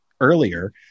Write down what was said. earlier